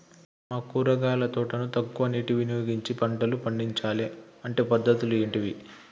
మా కూరగాయల తోటకు తక్కువ నీటిని ఉపయోగించి పంటలు పండించాలే అంటే పద్ధతులు ఏంటివి?